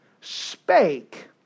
spake